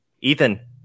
Ethan